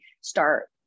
start